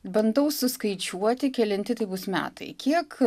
bandau suskaičiuoti kelinti tai bus metai kiek